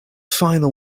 final